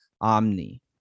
Omni